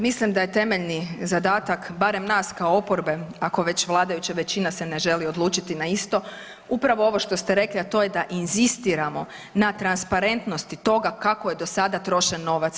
Mislim da je temeljni zadatak barem nas kao oporbe ako već vladajuća većina se ne želi odlučiti na isto, upravo ovo što ste rekli, a to je da inzistiramo na transparentnosti toga kako je do sada trošen novac.